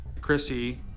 Chrissy